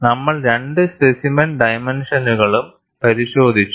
നമ്മൾ രണ്ട് സ്പെസിമെൻ ഡൈമെൻഷനുകളും പരിശോധിച്ചു